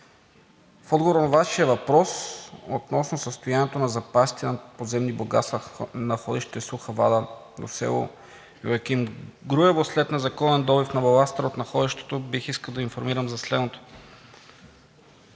в отговор на Вашия въпрос относно състоянието на запасите на подземни богатства находище „Суха вада“ до Йоаким Груево след незаконен добив на баластра от находището бих искал да Ви информирам за следното: